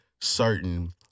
certain